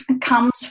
comes